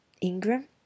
Ingram